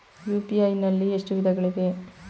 UPI ನಲ್ಲಿ ಎಷ್ಟು ವಿಧಗಳಿವೆ?